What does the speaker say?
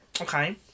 Okay